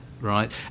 right